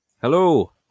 Hello